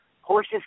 horses